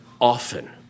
often